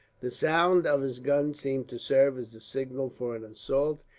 the sound of his gun seemed to serve as the signal for an assault,